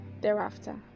thereafter